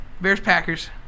Bears-Packers